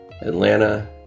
Atlanta